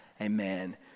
Amen